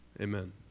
Amen